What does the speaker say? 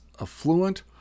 affluent